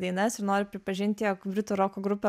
dainas ir noriu pripažinti jog britų roko grupė